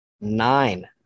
Nine